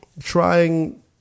trying